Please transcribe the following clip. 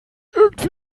irgendwie